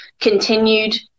continued